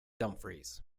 dumfries